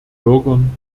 bürgern